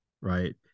right